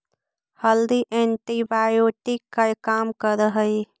हल्दी एंटीबायोटिक का काम करअ हई